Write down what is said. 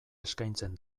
eskaintzen